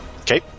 Okay